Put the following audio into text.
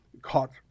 caught